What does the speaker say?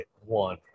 One